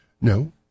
No